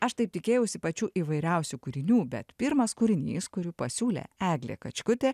aš taip tikėjausi pačių įvairiausių kūrinių bet pirmas kūrinys kurį pasiūlė eglė kačkutė